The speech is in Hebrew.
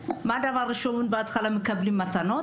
מה הדבר הראשון שהוא בהתחלה מקבל כמתנה?